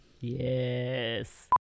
Yes